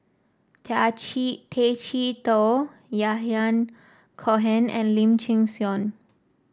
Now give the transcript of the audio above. Tay Chee Toh Yahya Cohen and Lim Chin Siong